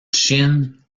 chine